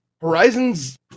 horizons